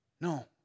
No